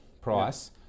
price